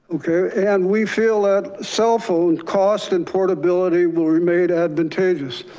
okay. and we feel that cell phone cost and portability will remain advantageous.